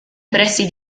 pressi